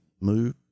move